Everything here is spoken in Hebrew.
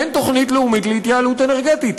אין תוכנית לאומית להתייעלות אנרגטית.